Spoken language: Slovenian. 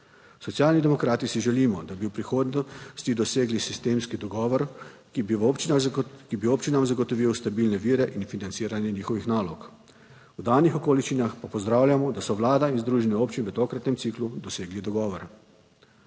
Socialni demokrati si želimo, da bi v prihodnosti dosegli sistemski dogovor, ki bi v občinah, ki bi občinam zagotovil stabilne vire in financiranje njihovih nalog. V danih okoliščinah pa pozdravljamo, da so Vlada in združenje občin v tokratnem ciklu dosegli dogovor.